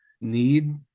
need